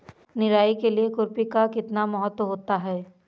निराई के लिए खुरपी का कितना महत्व होता है?